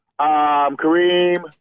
Kareem